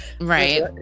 Right